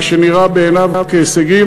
מה שנראה בעיניו הישגים,